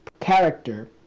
character